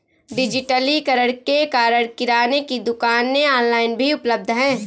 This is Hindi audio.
डिजिटलीकरण के कारण किराने की दुकानें ऑनलाइन भी उपलब्ध है